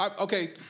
Okay